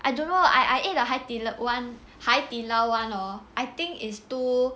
I don't know I I ate the Hai Di Lao [one] hor I think it's too